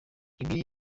ibi